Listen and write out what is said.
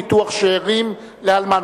ביטוח שאירים לאלמן).